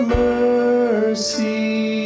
mercy